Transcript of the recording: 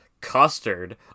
custard